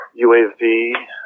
UAV